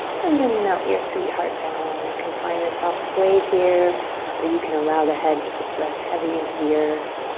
and then melt your sweet heart down. you can find a soft sway here or you can allow the head to just rest heavy into the earth.